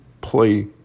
play